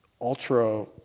ultra